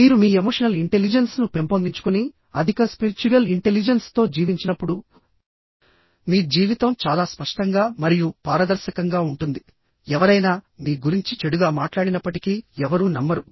మీరు మీ emotional intelligence ను పెంపొందించుకుని అధిక స్పిరిచ్యుయల్ ఇంటెలిజెన్స్ తో జీవించినప్పుడుమీ జీవితం చాలా స్పష్టంగా మరియు పారదర్శకంగా ఉంటుంది ఎవరైనా మీ గురించి చెడుగా మాట్లాడినప్పటికీ ఎవరూ నమ్మరు